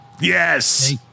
Yes